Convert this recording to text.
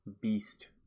beast